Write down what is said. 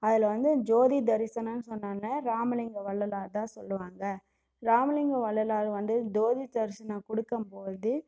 அதில் வந்து ஜோதி தரிசனம் சொன்னோன்னே ராமலிங்க வள்ளலார் தான் சொல்லுவாங்க ராமலிங்க வள்ளலார் வந்து ஜோதி தரிசனம் கொடுக்கம்போது